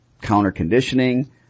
counter-conditioning